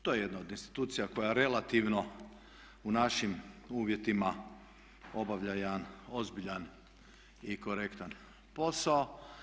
To je jedna od institucija koja relativno u našim uvjetima obavlja jedan ozbiljan i korektan posao.